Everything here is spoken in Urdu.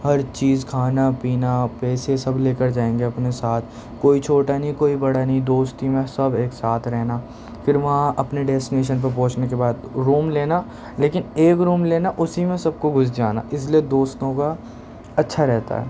ہر چیز کھانا پینا پیسے سب لے کر جائیں گے اپنے ساتھ کوئی چھوٹا نہیں کوئی بڑا نہیں دوستی میں سب ایک ساتھ رہنا پھر وہاں اپنی ڈیسٹینیشن پہ پہنچنے کے بعد روم لینا لیکن ایک روم لینا اسی میں سب کو گھس جانا اس لئے دوستوں کا اچھا رہتا ہے